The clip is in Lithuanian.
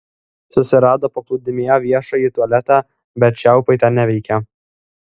susirado paplūdimyje viešąjį tualetą bet čiaupai ten neveikė